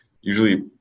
usually